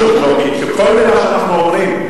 כל מלה שאנחנו אומרים,